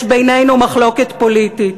יש בינינו מחלוקת פוליטית,